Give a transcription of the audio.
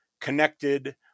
connected